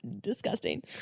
disgusting